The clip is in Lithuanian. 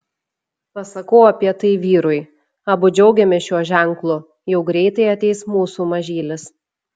pasakau apie tai vyrui abu džiaugiamės šiuo ženklu jau greitai ateis mūsų mažylis